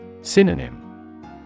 Synonym